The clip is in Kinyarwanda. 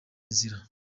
inzira